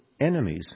enemies